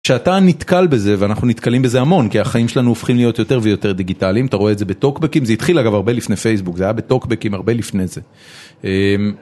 כשאתה נתקל בזה ואנחנו נתקלים בזה המון כי החיים שלנו הופכים להיות יותר ויותר דיגיטליים, אתה רואה את זה בטוקבקים, זה התחיל אגב הרבה לפני פייסבוק זה היה בטוקבקים הרבה לפני זה.